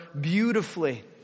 beautifully